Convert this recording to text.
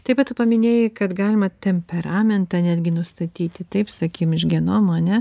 taip pat tu paminėjai kad galima temperamentą netgi nustatyti taip sakykim iš genomo ane